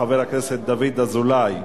חבר הכנסת דוד אזולאי.